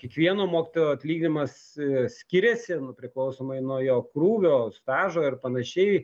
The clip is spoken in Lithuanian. kiekvieno mokytojo atlyginimas skiriasi priklausomai nuo jo krūvio stažo ir panašiai